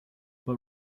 but